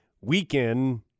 weekend